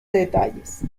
detalles